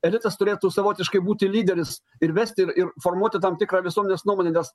elitas turėtų savotiškai būti lyderis ir vesti ir formuoti tam tikrą visuomenės nuomonę nes